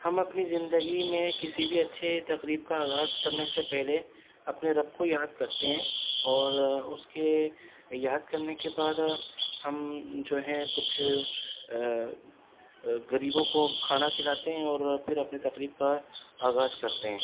ہم اپنی زندگی میں کسی بھی اچھے تقریب کا آغاز کرنے سے پہلے اپنے رب کو یاد کرتے ہیں اور اس کے یاد کرنے کے بعد ہم جو ہیں کچھ غریبوں کو کھانا کھلاتے ہیں اور پھر اپنی تقریب کا آغاز کرتے ہیں